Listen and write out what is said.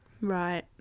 Right